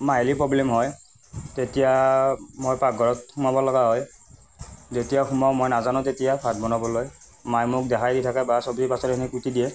মাহিলী প্ৰব্লেম হয় তেতিয়া মই পাকঘৰত সোমাব লগা হয় যেতিয়া সোমাও মই নাজানো তেতিয়া ভাত বনাবলৈ মায়ে মোক দেখাই দি থাকে বা চব্জি পাচলিখিনি কুটি দিয়ে